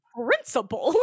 principal